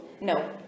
No